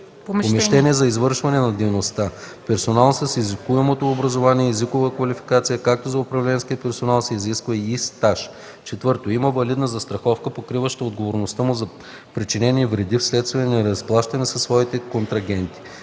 помещение за извършване на дейността, персонал с изискуемото образование и езикова квалификация, като за управленския персонал се изисква и стаж; 4. има валидна застраховка, покриваща отговорността му за причинени вреди вследствие на неразплащане със своите контрагенти,